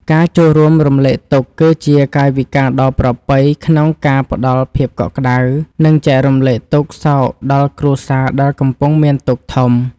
ការចូលរួមរំលែកទុក្ខ គឺជាកាយវិការដ៏ប្រពៃក្នុងការផ្ដល់ភាពកក់ក្ដៅ និង ចែករំលែកទុក្ខសោកដល់គ្រួសារដែលកំពុងមានទុក្ខធំ។